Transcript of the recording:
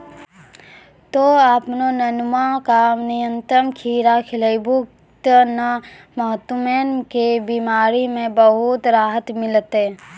तोहॅ आपनो नुनुआ का नियमित खीरा खिलैभो नी त मधुमेह के बिमारी म बहुत राहत मिलथौं